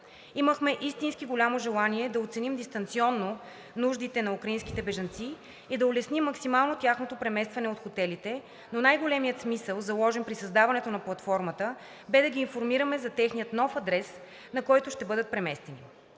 Имахме истински голямо желание да оценим дистанционно нуждите на украинските бежанци и да улесним максимално тяхното преместване от хотелите, но най големият смисъл, заложен при създаването на платформата, бе да ги информираме за техния нов адрес, на който ще бъдат преместени.